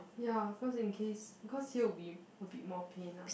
ya cause in case because here will be a bit more pain ah